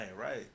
right